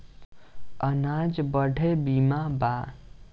अनाज बदे बीमा बा